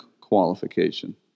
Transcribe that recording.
qualification